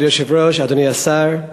כבוד היושב-ראש, אדוני השר,